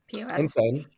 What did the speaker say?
insane